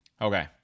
Okay